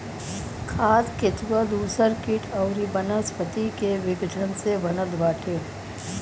खाद केचुआ दूसर किट अउरी वनस्पति के विघटन से बनत बाटे